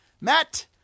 Matt